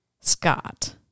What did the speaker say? Scott